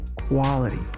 quality